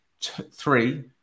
three